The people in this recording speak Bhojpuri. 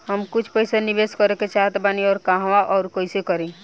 हम कुछ पइसा निवेश करे के चाहत बानी और कहाँअउर कइसे करी?